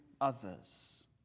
others